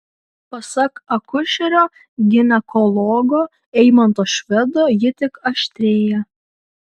pasak akušerio ginekologo eimanto švedo ji tik aštrėja